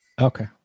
Okay